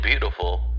beautiful